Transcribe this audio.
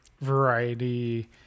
variety